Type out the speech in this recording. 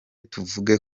tuvuge